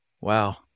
Wow